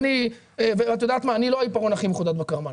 אני לא העיפרון הכי מחודד בקלמר,